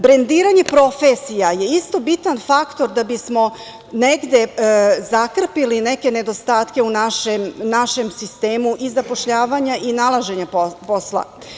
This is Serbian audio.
Brendiranje profesija je isto bitan faktor da bismo negde zakrpili neke nedostatke u našem sistemu i zapošljavanju i nalaženju posla.